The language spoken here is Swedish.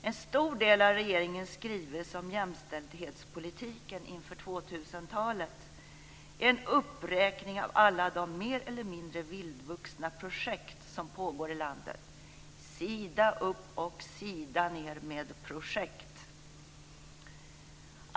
En stor del av regeringens skrivelse om jämställdhetspolitiken inför 2000-talet är en uppräkning av alla de mer eller mindre vildvuxna projekt som pågår i landet. Det är sida upp och sida ned med projekt.